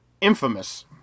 Infamous